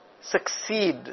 succeed